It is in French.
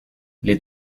les